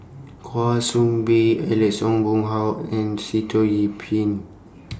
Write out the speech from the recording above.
Kwa Soon Bee Alex Ong Boon Hau and Sitoh Yih Pin